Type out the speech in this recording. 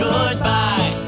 Goodbye